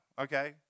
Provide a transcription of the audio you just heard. okay